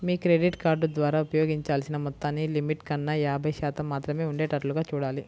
మీ credit card ద్వారా వినియోగించాల్సిన మొత్తాన్ని లిమిట్ కన్నా యాభై శాతం మాత్రమే ఉండేటట్లుగా చూడాలి